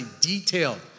detailed